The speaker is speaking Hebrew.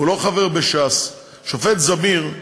הוא לא חבר בש"ס, השופט זמיר,